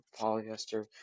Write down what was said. polyester